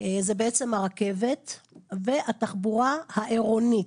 זה הרכבת והתחבורה העירונית.